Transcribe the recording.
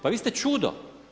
Pa vi ste čudo!